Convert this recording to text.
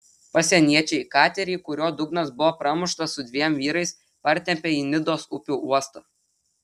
pasieniečiai katerį kurio dugnas buvo pramuštas su dviem vyrais partempė į nidos upių uostą